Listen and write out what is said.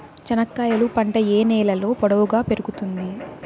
చెనక్కాయలు పంట ఏ నేలలో పొడువుగా పెరుగుతుంది?